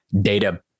data